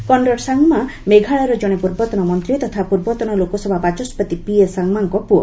Conrad Sangma ମେଘାଳୟର ଜଣେ ପୂର୍ବତନ ମନ୍ତ୍ରୀ ତଥା ପୂର୍ବତନ ଲୋକସଭା ବାଚସ୍କତି ପିଏସ ସାଙ୍ଗ୍ମାଙ୍କ ପୁଅ